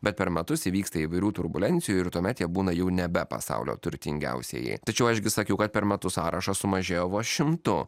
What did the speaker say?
bet per metus įvyksta įvairių turbulencijų ir tuomet jie būna jau nebe pasaulio turtingiausieji tačiau aš gi sakiau kad per metus sąrašas sumažėjo vos šimtu